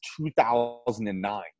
2009